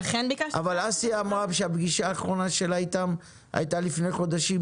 אסיה אמרה שהפגישה האחרונה שלה איתם הייתה לפני חודשיים,